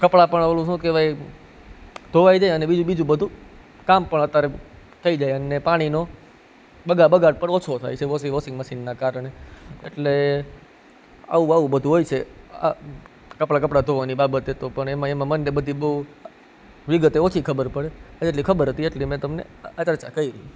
કપડા પણ ઓલું શું કેવાય ધોવાઈ જાય અને બીજું બધુ કામ પણ અતારે થઈ જાય અને પાણીનો બગાડ પણ ઓછો થાય છે વોશિંગ મશીનના કારણે એટલે આવું બધુ હોય છે આ કપડા ધોવાની બાબતે તો પણ એમાં એમાં મને બધી બઉ વિગતે ઓછી ખબર પળે એટલી ખબર હતી એટલી મેં તમને આ ચર્ચા કયરી